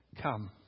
come